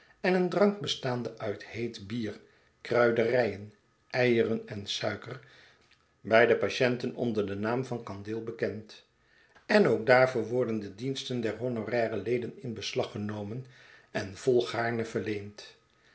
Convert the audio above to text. en een drank bestaande uit heet bier kruiderijen eieren en suiker bij de patienten onder den naam van kandeel bekend en ook daarvoor worden de diensten der honoraire leden in beslag genomen en volgaarne verleend